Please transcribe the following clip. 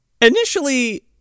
initially